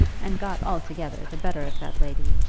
and got altogether the better of that lady,